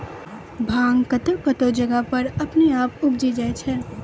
भांग कतौह कतौह जगह पर अपने आप उपजी जाय छै